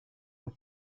aux